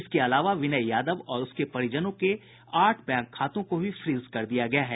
इसके अलावा विनय यादव और उसके परिजनों के आठ बैंक खातों को भी फ्रीज कर दिया गया है